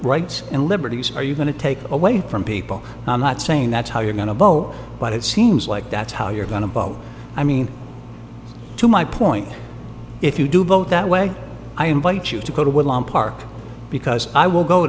rights and liberties are you going to take away from people i'm not saying that's how you're going to vote but it seems like that's how you're going to vote i mean to my point if you do vote that way i invite you to go to woodlawn park because i will go